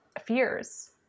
fears